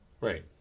Right